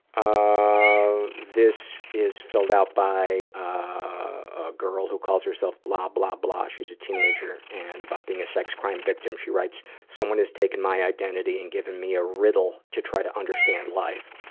this is filled out by a girl who calls herself blah blah blah. she's a teenager, and about being a sex crime victim, she writes someone has taken my identity and given me a riddle to try to understand life.